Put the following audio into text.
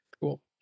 cool